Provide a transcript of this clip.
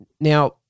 Now